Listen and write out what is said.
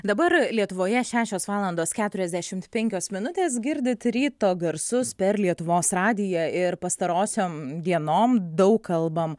dabar lietuvoje šešios valandos keturiasdešimt penkios minutės girdit ryto garsus per lietuvos radiją ir pastarosiom dienom daug kalbam